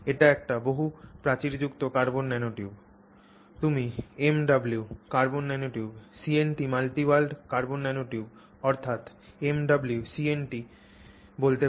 এটি একটি বহু প্রাচীরযুক্ত কার্বন ন্যানোটিউব তুমি MW carbon nanotube CNT multi walled carbon nanotube অর্থাৎ MWCNT বলতে পার